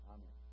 Amen